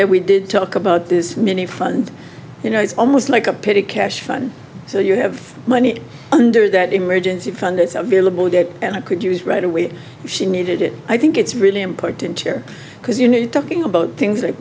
that we did talk about this mini fund you know it's almost like a petty cash fund so you have money under that emergency fund it's available and i could use right away if she needed it i think it's really important here because you know you're talking about things like